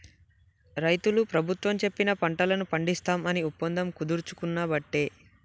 రైతులు ప్రభుత్వం చెప్పిన పంటలను పండిస్తాం అని ఒప్పందం కుదుర్చుకునబట్టే